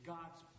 God's